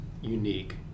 unique